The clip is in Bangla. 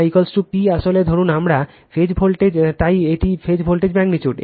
p আসলে ধরুন আমরা ফেজ বলি তাই এটি ফেজ ভোল্টেজ ম্যাগনিটিউড